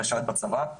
לשרת בצבא.